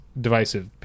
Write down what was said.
divisive